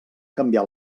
canviar